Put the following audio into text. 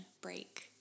break